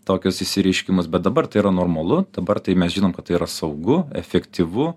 tokius išsireiškimus bet dabar tai yra normalu dabar tai mes žinom kad tai yra saugu efektyvu